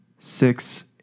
Six